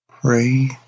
pray